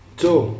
two